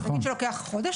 נגיד שלוקח חודש,